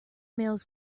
mails